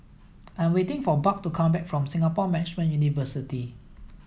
I'm waiting for Buck to come back from Singapore Management University